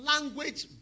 language